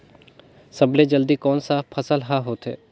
सबले जल्दी कोन सा फसल ह होथे?